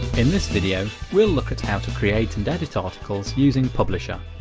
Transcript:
in this video, we'll look at how to create and edit articles using publisha.